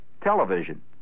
television